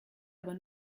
aber